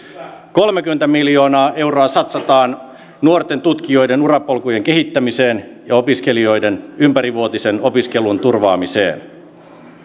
kolmekymmentä miljoonaa euroa satsataan nuorten tutkijoiden urapolkujen kehittämiseen ja opiskelijoiden ympärivuotisen opiskelun turvaamiseen